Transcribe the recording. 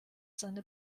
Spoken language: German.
seine